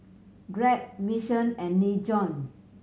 Grab Mission and Nin Jiom